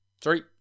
Three